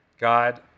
God